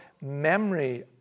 memory